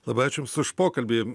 labai ačiū jums už pokalbį